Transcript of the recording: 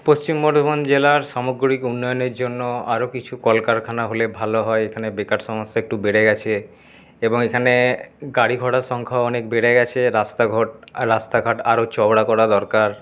পশ্চিম বর্ধমান জেলার সামগ্রিক উন্নয়নের জন্য আরও কিছু কলকারখানা হলে ভালো হয় এখানে বেকার সমস্যা একটু বেড়ে গেছে এবং এখানে গাড়ি ঘোড়ার সংখ্যাও অনেক বেড়ে গেছে রাস্তাঘট রাস্তাঘাট আরও চওড়া করা দরকার